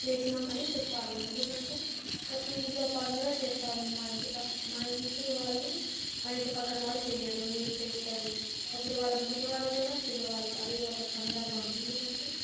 చేసినాం అని చెప్పాలి ఎందుకంటే ప్రతి ఇంట్లో పండుగ చేస్తారు మా ఇంటి పక్క మా ఇంటి వాళ్ళు మా ఇంటి పక్కన వాళ్ళు చెయ్యరు మీరు చేస్తారు అప్పుడు వాళ్ళని పిలవాలి కదా పిలవాలి అదే ఒక సందర్భం ఎందుకంటే